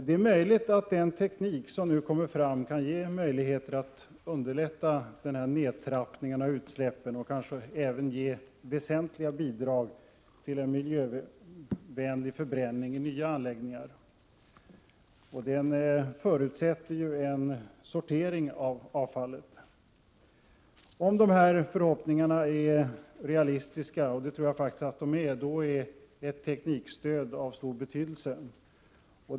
Det är möjligt att den teknik som nu kommer fram kan underlätta den här nedtrappningen av utsläppen och kanske även ge väsentliga bidrag till en miljövänlig förbränning i nya anläggningar. Det förutsätter en sortering av avfall. Om dessa förhoppningar är realistiska — och det tror jag faktiskt att de är — är ett teknikstöd av stor betydelse.